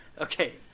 okay